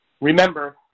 Remember